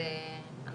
אנחנו